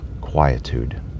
quietude